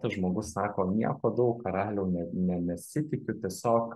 tas žmogus sako nieko daug karaliau ne ne nesitikiu tiesiog